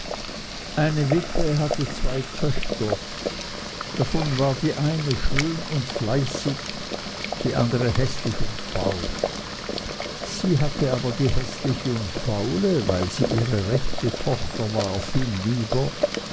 eine witwe hatte zwei töchter davon war die eine schön und fleißig die andere häßlich und faul sie hatte aber die häßliche und faule weil sie ihre rechte tochter war viel lieber